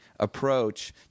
Approach